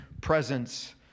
presence